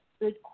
good